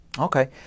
Okay